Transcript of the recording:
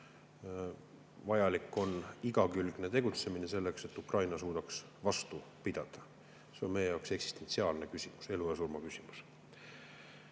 Vajalik on igakülgne tegutsemine selleks, et Ukraina suudaks vastu pidada. See on meie jaoks eksistentsiaalne küsimus, elu ja surma küsimus. Kahju,